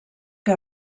que